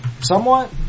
Somewhat